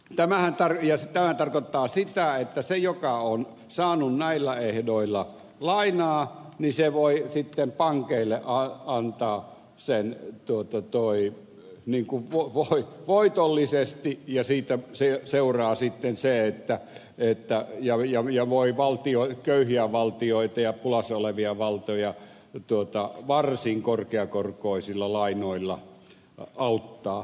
tämä tarkoittaa sitä että se joka on saanut näillä ehdoilla lainaa voi sitten pankeille antaa sen voitollisesti ja siitä sen seuraa sitten se että löytää ja viljan ja voi köyhiä valtioita ja pulassa olevia valtioita varsin korkeakorkoisilla lainoilla auttaa